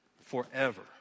forever